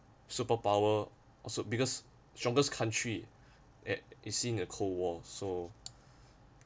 superpower also because strongest country a~ is seeing a cold war so